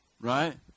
Right